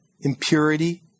impurity